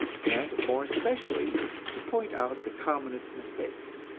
and more especially to point out the commonest mistakes.